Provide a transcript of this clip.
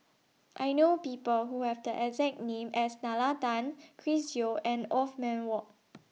I know People Who Have The exact name as Nalla Tan Chris Yeo and Othman Wok